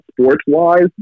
sports-wise